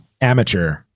amateur